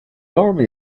army